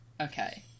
Okay